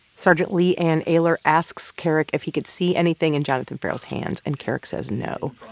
sergeant leigh ann ayler asks kerrick if he could see anything in jonathan ferrell's hands and kerrick says no